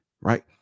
right